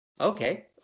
Okay